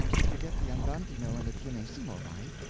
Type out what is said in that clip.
if you get the andantino and the pianissimo right.